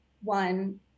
one